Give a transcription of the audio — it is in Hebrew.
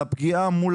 על הפגיעה.